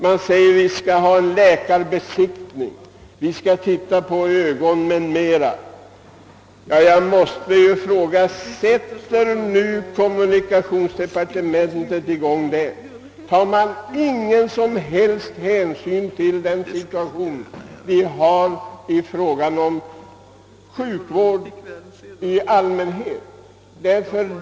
Man säger att det skall införas läkarbesiktning med ögonundersökning m.m. Jag måste fråga: Tar man ingen som helst hänsyn till den situation som råder inom sjukvården i allmänhet?